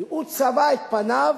כי הוא צבע את פניו,